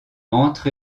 entre